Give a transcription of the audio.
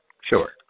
Sure